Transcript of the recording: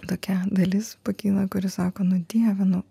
tokia dalis pakyla kuri sako nu dieve nu